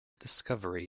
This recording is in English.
discovery